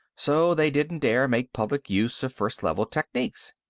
so they didn't dare make public use of first level techniques.